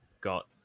got